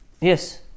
Yes